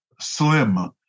slim